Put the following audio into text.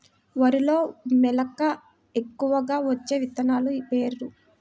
వరిలో మెలక ఎక్కువగా వచ్చే విత్తనాలు పేర్లు?